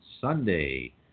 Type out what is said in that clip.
Sunday